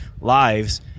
lives